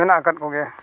ᱢᱮᱱᱟᱜ ᱟᱠᱟᱫ ᱠᱚᱜᱮᱭᱟ